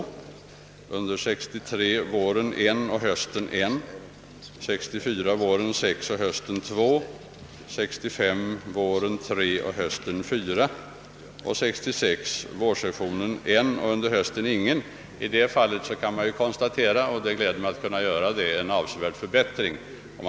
1963 förblev under vårsessionen 1 interpellation obesvarad och under höstsessionen likaledes 1. För 1964 redovisas under vårsessionen 6 obesvarade interpellationer, under höstsessionen 2. Siffrorna för 1965 års vårsession är 3 och för höstsessionen 4.